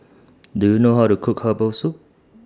Do YOU know How to Cook Herbal Soup